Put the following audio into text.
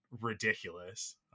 ridiculous